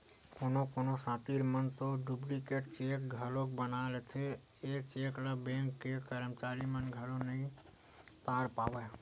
कोनो कोनो सातिर मन तो डुप्लीकेट चेक घलोक बना लेथे, ए चेक ल बेंक के करमचारी मन घलो नइ ताड़ पावय